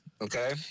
Okay